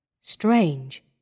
Strange